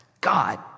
God